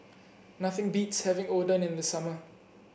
nothing beats having Oden in the summer